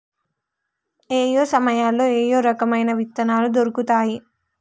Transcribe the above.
ఏయే సమయాల్లో ఏయే రకమైన విత్తనాలు దొరుకుతాయి?